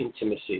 intimacy